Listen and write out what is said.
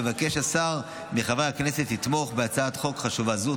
מבקש השר מחברי הכנסת לתמוך בהצעת חוק חשובה זו.